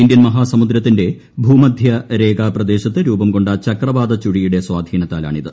Indian മഹാസമുദ്രത്തിന്റെ ഭൂമധ്യരേഖാ പ്രദേശത്ത് രൂപം കൊണ്ട ചക്രവാത ചുഴിയുടെ സ്വാധീനത്താലാണിത്